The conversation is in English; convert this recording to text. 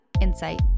insight